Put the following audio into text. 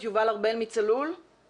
את רפרנטית שלטון מקומי במשרד